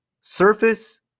Surface